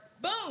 Boom